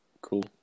Cool